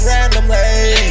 Randomly